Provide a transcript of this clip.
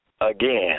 again